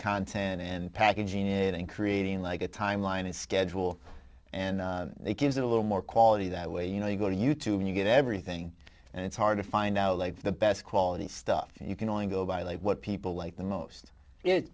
content and packaging it and creating like a timeline and schedule and it gives it a little more quality that way you know you go to youtube and you get everything and it's hard to find out like the best quality stuff you can only go by like what people like the most it